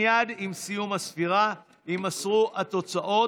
מייד עם סיום הספירה יימסרו התוצאות.